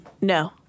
No